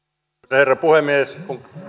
herra puhemies